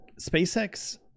SpaceX